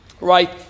right